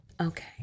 Okay